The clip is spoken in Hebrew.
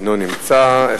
אינו נמצא,